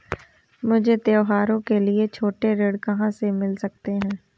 मुझे त्योहारों के लिए छोटे ऋण कहाँ से मिल सकते हैं?